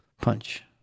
punch